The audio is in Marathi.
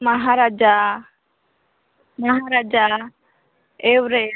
महाराजा महाराजा एव्हरेस्ट